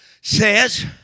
says